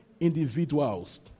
individuals